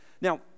Now